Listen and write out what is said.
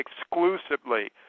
exclusively